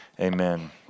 Amen